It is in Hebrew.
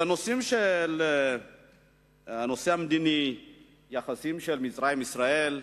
בנושא הנושא המדיני ובנושא היחסים של מצרים וישראל,